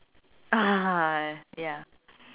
ah ya